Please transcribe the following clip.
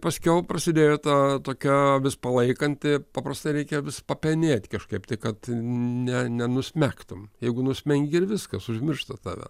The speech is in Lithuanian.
paskiau prasidėjo ta tokia vis palaikanti paprastai reikia vis papenėt kažkaip tai kad ne nenusmegtum jeigu nusmengi ir viskas užmiršta tave